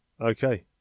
Okay